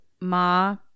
Ma